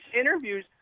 interviews